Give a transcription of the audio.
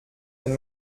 wenn